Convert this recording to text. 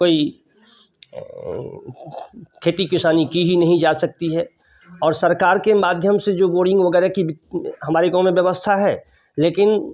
कोई खेती किसानी की ही नहीं जा सकती है और सरकार के माध्यम से जो बोरिंग वगैरह की हमारे गाँव में व्यवस्था है लेकिन